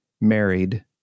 married